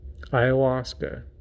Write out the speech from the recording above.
ayahuasca